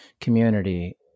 community